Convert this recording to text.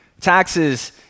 Taxes